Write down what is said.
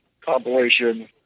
compilation